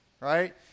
right